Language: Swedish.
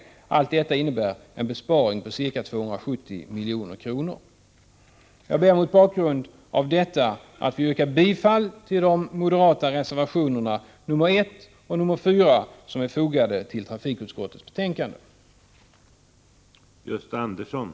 Allt kollektiv person detta innebär en besparing på ca 270 milj.kr. trafik Jag ber mot bakgrund av detta att få yrka bifall till de moderata reservationerna 1 och 4 som är fogade till trafikutskottets betänkande 24.